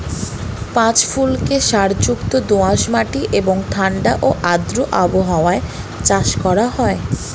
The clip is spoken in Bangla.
পাঁচু ফুলকে সারযুক্ত দোআঁশ মাটি এবং ঠাণ্ডা ও আর্দ্র আবহাওয়ায় চাষ করা হয়